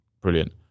brilliant